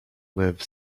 live